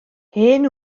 hen